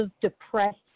depressed